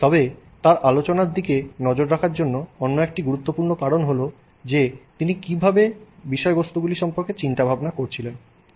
তবে তার আলোচনার দিকে নজর রাখার অন্য একটি গুরুত্বপূর্ণ কারণ হল যে তিনি কীভাবে বিষয়গুলি সম্পর্কে চিন্তাভাবনা করছিলেন